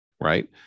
right